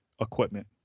equipment